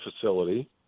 facility